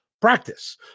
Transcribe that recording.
Practice